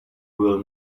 will